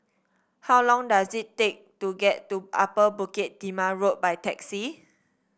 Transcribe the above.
how long does it take to get to Upper Bukit Timah Road by taxi